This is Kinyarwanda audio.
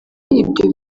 ibyo